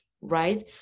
right